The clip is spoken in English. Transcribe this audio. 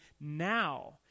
now